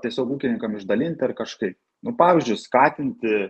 tiesiog ūkininkam išdalinti ar kažkaip nu pavyzdžiui skatinti